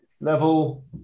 level